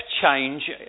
change